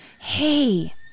hey